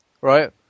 right